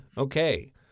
Okay